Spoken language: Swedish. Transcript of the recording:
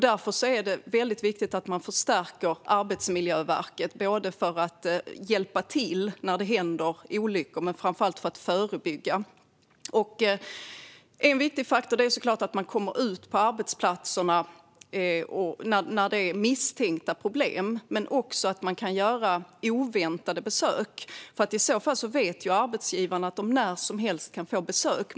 Därför är det viktigt att förstärka Arbetsmiljöverket för att hjälpa till när det händer olyckor och för att förebygga olyckor. En viktig faktor är att komma ut på arbetsplatserna när det finns misstankar om problem och att det går att göra oväntade besök. I så fall vet arbetsgivarna att de när som helst kan få besök.